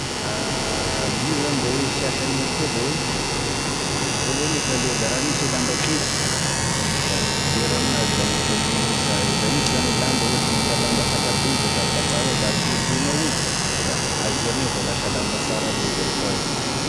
Io zany da oe sh- asan'igny koa da oe, voalohany eky aloha da raha misy e lamba tretry, da zery aminazy da mimpody akognania sara izy da misy zany e lamba ohatry mbola zakabe izy da tapatapainao da atohitohinao ozy da azerinao da lasa lamba sara amizay izy refa aveo.